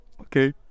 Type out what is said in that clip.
Okay